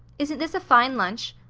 isn't this a fine lunch?